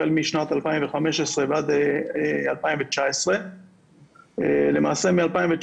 החל משנת 2015 ועד 2019. למעשה מ-2019,